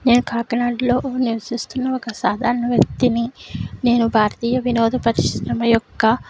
నేను కాకినాడలో నివసిస్తున్న ఒక సాధారణ వ్యక్తిని నేను భారతీయ వినోద పరిశ్రమ యొక్క